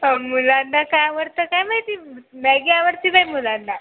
मुलांना काय आवडतं काय माहिती मॅगी आवडते बाई मुलांना